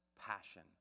passion